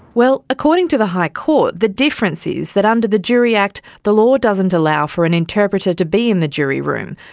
according to the high court, the difference is that under the jury act, the law doesn't allow for an interpreter to be in the jury room,